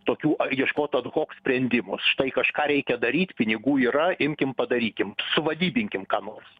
tokių ieškot ad hok sprendimų štai kažką reikia daryt pinigų yra imkim padarykim suvadybinkim ką nors